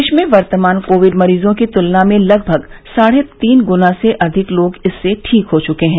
देश में वर्तमान कोविड मरीजों की तुलना में लगभग साढे तीन गुना से अधिक लोग इससे ठीक हो चुके हैं